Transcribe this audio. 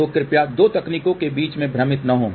तो कृपया दो तकनीकों के बीच भ्रमित न हों